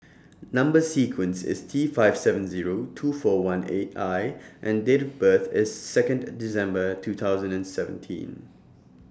Number sequence IS T five seven Zero two four one eight I and Date of birth IS Second December two thousand and seventeen